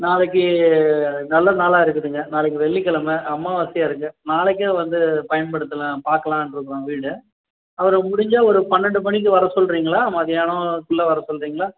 நாளைக்கு நல்ல நாளாக இருக்குதுங்க நாளைக்கு வெள்ளிக்கிழம அம்மாவாசையாக இருக்கு நாளைக்கே வந்து பயன்படுத்தலாம் பார்க்கலாருக்கோம் வீடு அவரை முடிஞ்சா ஒரு பன்னெண்டு மணிக்கு வர சொல்லுறிங்களா மதியானோக்குள்ளே வர சொல்லுறிங்களா